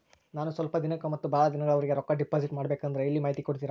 ನಾನು ಸ್ವಲ್ಪ ದಿನಕ್ಕ ಮತ್ತ ಬಹಳ ದಿನಗಳವರೆಗೆ ರೊಕ್ಕ ಡಿಪಾಸಿಟ್ ಮಾಡಬೇಕಂದ್ರ ಎಲ್ಲಿ ಮಾಹಿತಿ ಕೊಡ್ತೇರಾ?